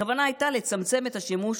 הכוונה הייתה לצמצם את השימוש